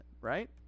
right